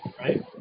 right